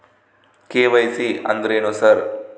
KYC ಅಂದ್ರೇನು sir?